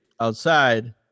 outside